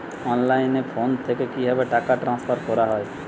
অনলাইনে ফোন থেকে কিভাবে টাকা ট্রান্সফার করা হয়?